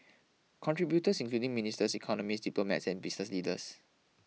contributors including ministers economists diplomats and business leaders